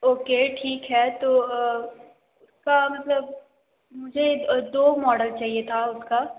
okay ठीक है तो उसका मतलब मुझे दो मॉडल चाहिए था उसका